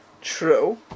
true